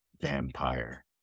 Vampire